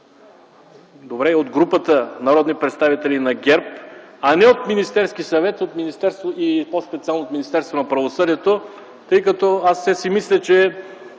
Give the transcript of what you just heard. Добре, от групата народни представители на ГЕРБ, а не от Министерския съвет и по-специално от Министерството на правосъдието. Аз все си мисля, че